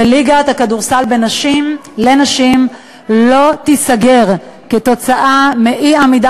שליגת הכדורסל לנשים לא תיסגר כתוצאה מאי-עמידה